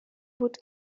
بود